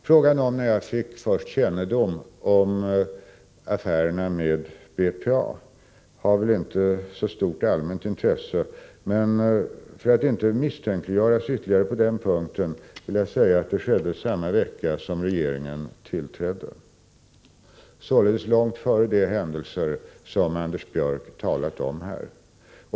Frågan om när jag först fick kännedom om BPA:s affärer i Algeriet har väl inte så stort allmänt intresse, men för att inte misstänkliggöras ytterligare på den punkten vill jag säga att detta skedde samma vecka som regeringen tillträdde, således långt före de händelser som Anders Björck talar om här.